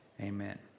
Amen